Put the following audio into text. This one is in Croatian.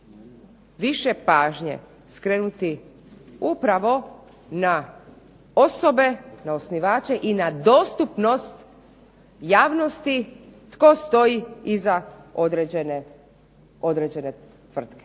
više pažnje skrenuti upravo na osobe na osnivače i na dostupnost javnosti tko stoji iza određene tvrtke.